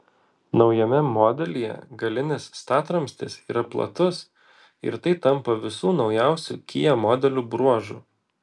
naujame modelyje galinis statramstis yra platus ir tai tampa visų naujausių kia modelių bruožu